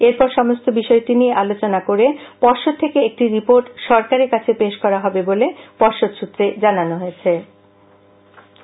এরপর সমস্ত বিষয়টি নিয়ে আলোচনা করে পর্ষদ থেকে একটি রিপোর্ট সরকারের কাছে পেশ করা হবে বলে পর্ষদ সূত্রে খবর